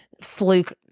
fluke